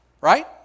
Right